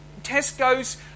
Tesco's